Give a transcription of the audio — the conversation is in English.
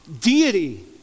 deity